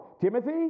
Timothy